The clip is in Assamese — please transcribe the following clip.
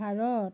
ভাৰত